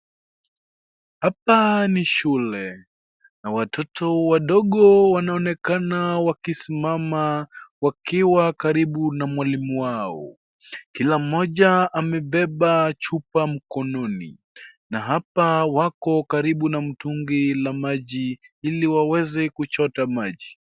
Hapa ni shule na watoto wadogo wanaonekana wakisimama wakiwa karibu na mwalimu wao. Kila mmoja amebeba chupa mkononi na hapa wako karibu na mtungi la maji ili waweze kuchota maji.